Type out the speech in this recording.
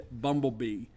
Bumblebee